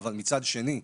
אבל מצד שני,